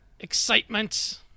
Excitement